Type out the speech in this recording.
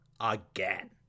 again